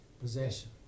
possession